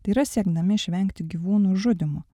tai yra siekdami išvengti gyvūnų žudymo